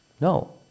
No